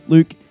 Luke